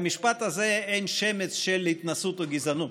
במשפט הזה אין שמץ של התנשאות או גזענות,